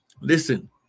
listen